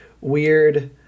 weird